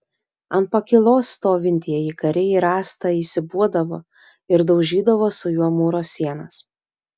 ant pakylos stovintieji kariai rąstą įsiūbuodavo ir daužydavo su juo mūro sienas